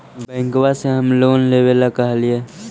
बैंकवा से हम लोन लेवेल कहलिऐ?